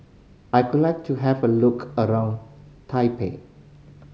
I could like to have a look around Taipei